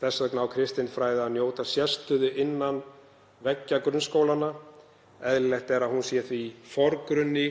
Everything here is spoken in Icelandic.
þess vegna á kristinfræðin að njóta sérstöðu innan veggja grunnskólanna. Eðlilegt er að hún sé því í forgrunni